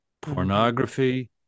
Pornography